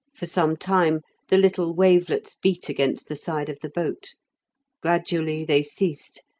for some time the little wavelets beat against the side of the boat gradually they ceased,